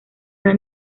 una